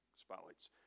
spotlights